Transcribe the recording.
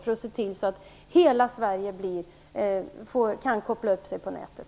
Vi måste se till att hela Sverige kan koppla upp sig på nätet.